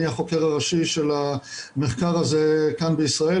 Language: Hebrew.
אני החוקר הראשי של המחקר הזה כאן בישראל